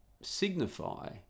signify